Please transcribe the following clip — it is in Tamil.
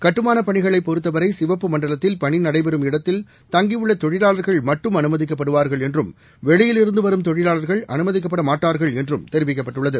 கட்டுமானப் பணிகளை பொறுத்தவரை சிவப்பு மண்டலத்தில் பணி நடைபெறும் இடத்தில் தங்கியுள்ள தொழிலாளர்கள் மட்டும் அனுமதிக்கப்படுவார்கள் என்றும் வெளியில் இருந்து வரும் தொழிலாளர்கள் அனுமதிக்கப்படமாட்டாது என்றும் தெரிவிக்கப்பட்டுள்ளது